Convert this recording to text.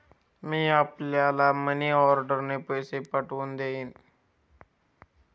मी आपल्याला मनीऑर्डरने पैसे पाठवून देईन